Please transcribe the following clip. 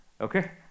Okay